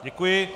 Děkuji.